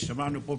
ששווקו כבר,